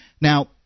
Now